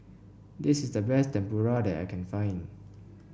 this is the best Tempura that I can find